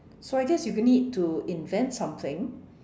so I guess you need to invent something